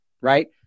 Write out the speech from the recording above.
Right